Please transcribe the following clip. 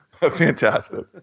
Fantastic